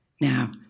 Now